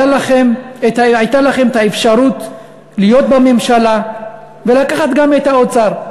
הייתה לכם אפשרות להיות בממשלה ולקחת גם את האוצר.